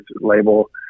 label